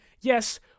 yes